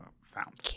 found